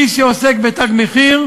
מי שעוסק ב"תג מחיר"